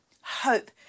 hope